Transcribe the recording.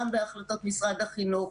גם בהחלטות משרד החינוך.